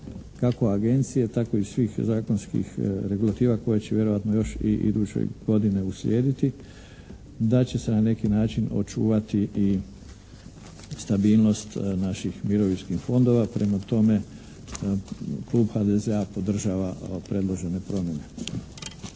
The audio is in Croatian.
kako Agencije tako i svih zakonskih regulativa koje će vjerojatno još i iduće godine uslijediti, da će se na neki način očuvati i stabilnost naših mirovinskih fondova. Prema tome, klub HDZ-a podržava predložene promjene.